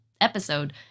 episode